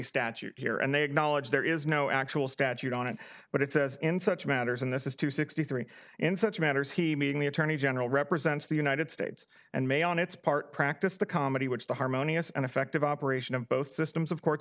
statute here and they acknowledge there is no actual statute on it but it says in such matters and this is two sixty three in such matters he meaning the attorney general represents the united states and may on its part practice the comedy which the harmonious and effective operation of both systems of courts